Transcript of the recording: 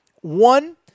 one